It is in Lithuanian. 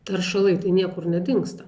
teršalai tai niekur nedingsta